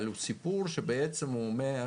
אבל הוא סיפור שבעצם אומר: